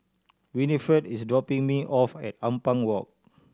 Winnifred is dropping me off at Ampang Walk